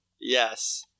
Yes